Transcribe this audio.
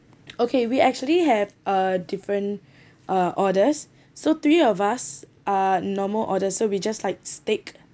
okay we actually have uh different uh orders so three of us are normal orders so we just like steak